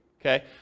okay